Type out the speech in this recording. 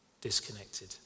Disconnected